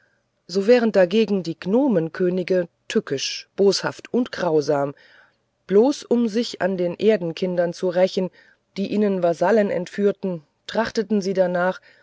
so wären dagegen die gnomenkönige tückisch boshaft und grausam bloß um sich an den erdenkindern zu rächen die ihnen vasallen entführt trachteten sie darnach